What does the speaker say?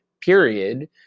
period